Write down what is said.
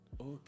Okay